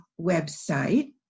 website